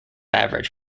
average